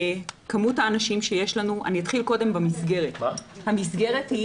כמות האנשים שיש לנו אתחיל קודם במסגרת: המסגרת היא